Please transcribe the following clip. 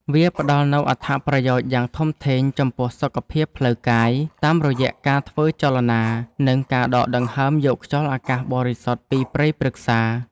វាផ្ដល់នូវអត្ថប្រយោជន៍យ៉ាងធំធេងចំពោះសុខភាពផ្លូវកាយ តាមរយៈការធ្វើចលនា និងការដកដង្ហើមយកខ្យល់អាកាសបរិសុទ្ធពីព្រៃព្រឹក្សា។